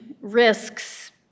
risks